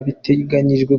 biteganyijwe